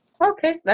Okay